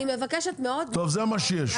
טוב זה מה שיש.